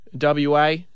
WA